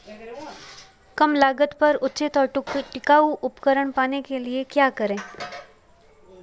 कम लागत पर उचित और टिकाऊ उपकरण पाने के लिए क्या करें?